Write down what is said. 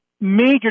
major